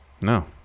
No